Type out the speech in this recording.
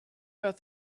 about